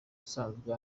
usanzwe